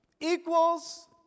equals